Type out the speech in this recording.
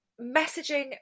messaging